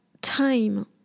time